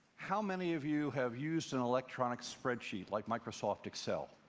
how many of you have used an electronic spreadsheet, like microsoft excel?